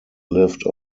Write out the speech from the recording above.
lived